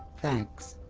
thanks!